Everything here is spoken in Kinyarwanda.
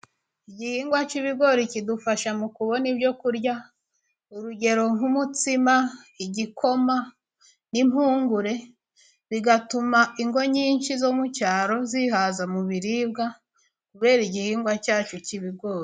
Igihingwa cy'ibigori kidufasha mu kubona ibyo kurya urugero nk'umutsima, igikoma n'impungure. Bigatuma ingo nyinshi zo mu cyaro zihaza mu biribwa kubera igihingwa cyacu cy'ibigori.